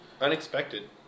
unexpected